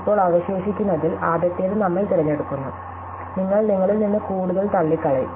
ഇപ്പോൾ അവശേഷിക്കുന്നതിൽ ആദ്യത്തേത് നമ്മൾ തിരഞ്ഞെടുക്കുന്നു നിങ്ങൾ നിങ്ങളിൽ നിന്ന് കൂടുതൽ തള്ളിക്കളയും